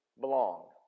belong